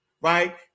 right